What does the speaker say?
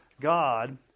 God